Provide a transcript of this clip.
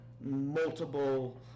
multiple